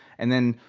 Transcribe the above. and then,